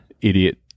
idiot